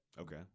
Okay